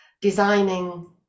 designing